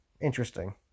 Interesting